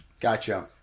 Gotcha